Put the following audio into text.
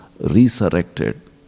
resurrected